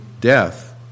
death